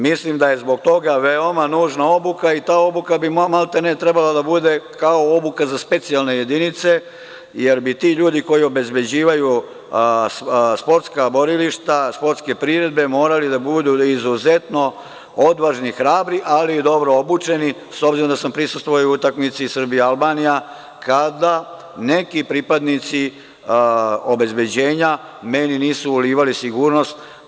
Mislim da je zbog toga veoma nužna obluka i ta obuka bi trebala da bude kao obuka za specijalne jedinice, jer bi ti ljudi koji obezbeđuju sportska borilišta, sportske priredbe morali da budu izuzetno odvažni, hrabri, ali i dobro obučeni, s obzirom da sam prisustvovao i utakmici Srbija – Albanija, kada neki pripadnici obezbeđenja meni nisu ulivali sigurnost.